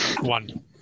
one